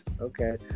Okay